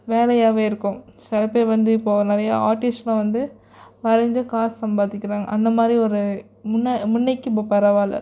வேலையாகவே இருக்கும் சில பேர் வந்து இப்போது நிறையா ஆர்ட்டிஸ்ட்லாம் வந்து வரைந்து காசு சம்பாதிக்கிறாங்க அந்த மாதிரி ஒரு முன்னே முன்னைக்கு இப்போ பரவாயில்ல